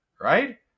Right